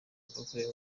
bwakorewe